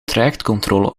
trajectcontrole